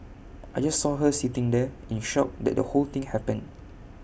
I just saw her sitting there in shock that the whole thing happened